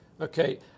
Okay